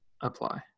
apply